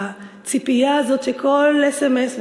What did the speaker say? הציפייה הזאת שכל אס.אם.אס.